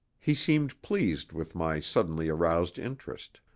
he seemed pleased with my suddenly-aroused interest.